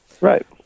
Right